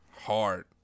Hard